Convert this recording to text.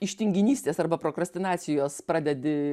iš tinginystės arba prokrastinacijos pradedi